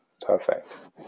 perfect